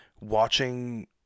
watching